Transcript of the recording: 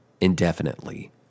indefinitely